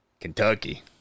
Kentucky